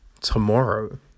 tomorrow